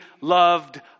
loved